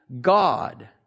God